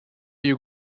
you